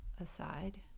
aside